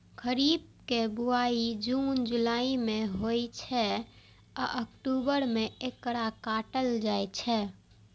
खरीफ के बुआई जुन जुलाई मे होइ छै आ अक्टूबर मे एकरा काटल जाइ छै